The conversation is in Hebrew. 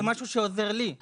זה משהו שעוזר לי.